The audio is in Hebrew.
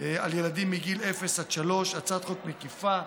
על ילדים מגיל אפס עד שלוש, הצעת חוק מקיפה,